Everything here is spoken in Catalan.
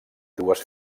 dues